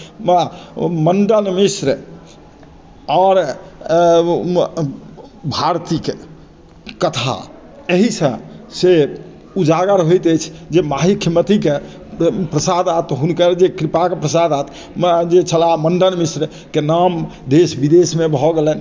मण्डन मिश्र आओर ओ भारतीके कथा एहीसँ से उजागर होइत अछि जे माहिष्यमतिके प्रसादार्थ हुनकर जे कृपाके प्रसादार्थ जे छलाह मण्डन मिश्रके नाम देश विदेशमे भऽ गेलनि